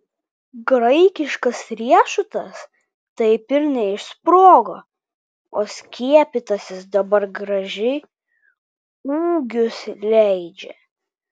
graikiškas riešutas taip ir neišsprogo o skiepytasis dabar gražiai ūgius leidžia